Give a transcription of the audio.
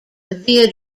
via